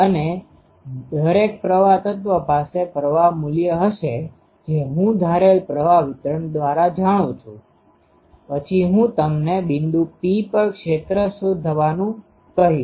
અને દરેક પ્રવાહ તત્વ પાસે પ્રવાહ મૂલ્ય હશે જે હું ધારેલ પ્રવાહ વિતરણ દ્વારા જાણું છું પછી હું તમને બિંદુ P પર ક્ષેત્ર શોધવાનું કહીશ